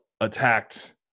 attacked